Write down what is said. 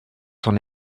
son